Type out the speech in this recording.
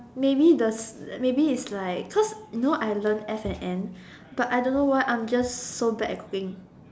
maybe the maybe is like cause you know I learn F&N but I don't know why I'm just so bad at cooking